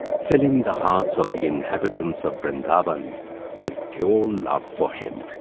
filling the hearts of the inhabitants of vrindavan with pure love for him.